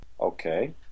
Okay